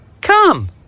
Come